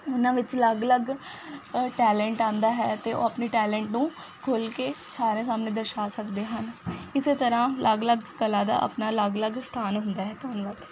ਉਹਨਾਂ ਵਿੱਚ ਅਲੱਗ ਅਲੱਗ ਟੈਲੈਂਟ ਆਉਂਦਾ ਹੈ ਅਤੇ ਉਹ ਆਪਣੇ ਟੈਲੈਂਟ ਨੂੰ ਖੋਲ੍ਹ ਕੇ ਸਾਰੇ ਸਾਹਮਣੇ ਦਰਸ਼ਾ ਸਕਦੇ ਹਨ ਇਸ ਤਰ੍ਹਾਂ ਅਲੱਗ ਅਲੱਗ ਕਲਾ ਦਾ ਆਪਣਾ ਅਲੱਗ ਅਲੱਗ ਸਥਾਨ ਹੁੰਦਾ ਹੈ ਧੰਨਵਾਦ